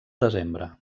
desembre